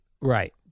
Right